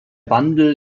wandel